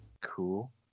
Cool